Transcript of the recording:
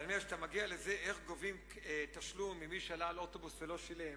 כאשר אתה מגיע לשאלה איך גובים תשלום ממי שעלה לאוטובוס ולא שילם,